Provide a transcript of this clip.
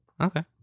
okay